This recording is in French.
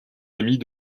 amis